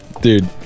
Dude